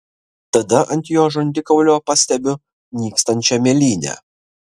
tada ant jo žandikaulio pastebiu nykstančią mėlynę